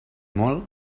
molt